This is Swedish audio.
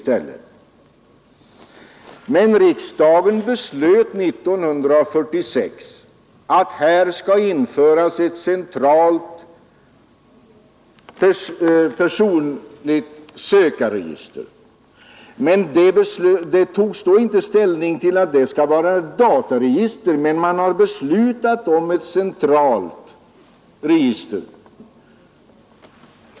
Men riksdagen beslöt 1946 att här skulle införas ett centralt personligt sökregister. Man tog då inte ställning till om det skulle vara ett dataregister, men man fattade beslut om ett centralt register.